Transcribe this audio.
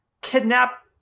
kidnap